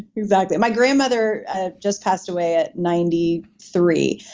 exactly. my grandmother ah just passed away at ninety three.